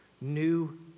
new